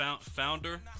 Founder